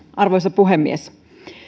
arvoisa puhemies